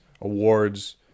awards